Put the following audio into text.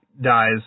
dies